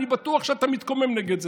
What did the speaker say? אני בטוח שאתה מתקומם נגד זה.